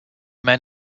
men